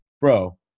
bro